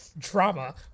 drama